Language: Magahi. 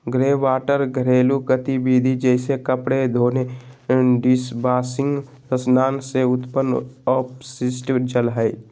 ग्रेवाटर घरेलू गतिविधिय जैसे कपड़े धोने, डिशवाशिंग स्नान से उत्पन्न अपशिष्ट जल हइ